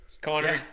Connor